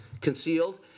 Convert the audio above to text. concealed